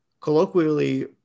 Colloquially